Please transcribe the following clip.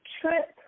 Trip